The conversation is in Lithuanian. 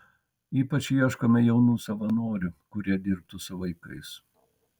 ypač ieškome jaunų savanorių kurie dirbtų su vaikais